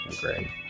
great